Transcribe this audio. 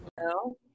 Hello